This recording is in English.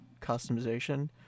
customization